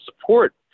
support